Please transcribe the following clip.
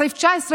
בסעיף 19,